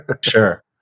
sure